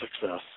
success